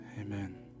Amen